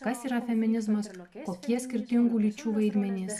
kas yra feminizmas kokie skirtingų lyčių vaidmenys